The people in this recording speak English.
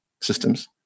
systems